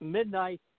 Midnight